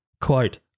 quote